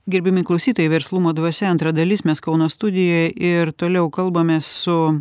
gerbiami klausytojai verslumo dvasia antra dalis mes kauno studijoje ir toliau kalbamės su